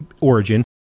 origin